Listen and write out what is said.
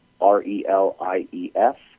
r-e-l-i-e-f